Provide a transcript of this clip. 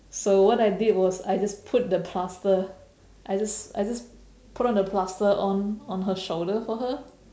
so what I did was I just put the plaster I just I just put on the plaster on on her shoulder for her